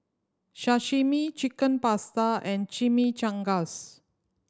Sashimi Chicken Pasta and Chimichangas